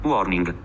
Warning